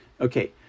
Okay